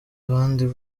abandi